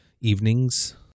evenings